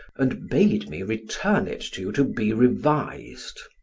and bade me return it to you to be revised.